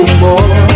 more